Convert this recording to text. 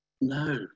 no